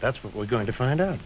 that's what we're going to find out